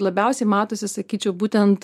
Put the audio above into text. labiausiai matosi sakyčiau būtent